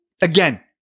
again